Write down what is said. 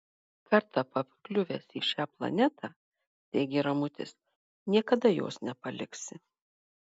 kartą pakliuvęs į šią planetą teigė ramutis niekada jos nepaliksi